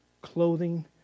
clothing